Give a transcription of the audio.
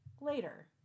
later